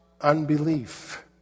unbelief